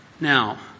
Now